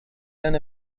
then